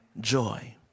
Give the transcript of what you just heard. joy